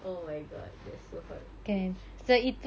oh my god that's so hard